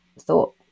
thought